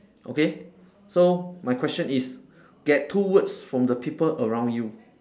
okay so my question is get two words from the people around you